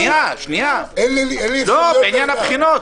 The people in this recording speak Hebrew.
רגע, לעניין הבחינות.